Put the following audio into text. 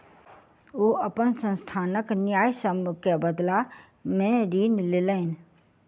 ओ अपन संस्थानक न्यायसम्य के बदला में ऋण लेलैन